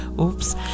Oops